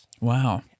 Wow